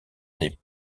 des